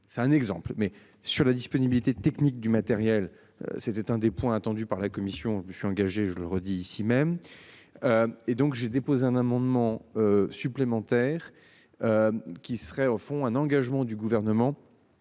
c'est un exemple mais sur la disponibilité technique du matériel. C'était un des points attendus par la commission je suis engagé, je le redis ici même. Et donc j'ai déposé un amendement. Supplémentaire. Qui serait au fond un engagement du gouvernement.